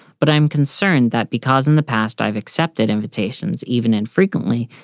but i'm concerned that because in the past i've accepted invitations even infrequently.